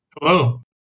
Hello